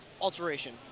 alteration